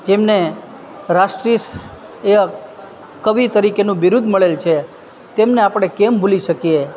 જેમને રાષ્ટ્રીય યક કવિ તરીકેનું બિરુદ મળેલ છે તેમને આપણે કેમ ભૂલી શકીએ